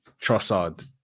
Trossard